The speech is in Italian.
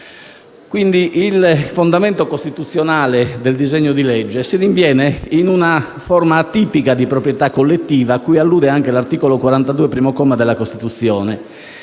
Quindi, il fondamento costituzionale del disegno di legge si rinviene in una forma atipica di proprietà collettiva, a cui allude anche l'articolo 42, primo comma, della Costituzione